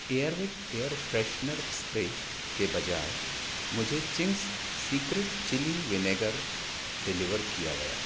air wick air freshener spray के बजाय मुझे Ching's secret chilli vinegar deliver किया गया